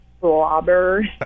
slobber